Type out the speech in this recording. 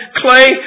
clay